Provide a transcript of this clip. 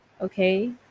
okay